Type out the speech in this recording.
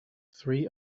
three